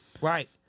Right